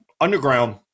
underground